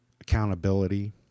accountability